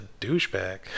douchebag